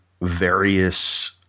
various